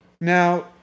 Now